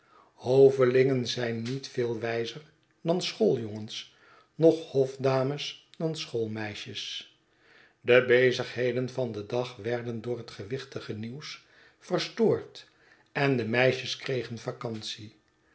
hovelingen zijn niet veel wijzer dan schooljongens noch hofdames dan schoolmeisjes de bezigheden van den dag werden door het gewichtige nieuws verstoord en de meisjes kregen